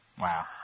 Wow